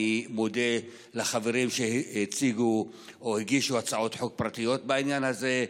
ומודה לחברים שהגישו הצעות חוק פרטיות בעניין הזה,